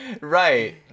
Right